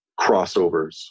crossovers